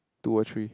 two or three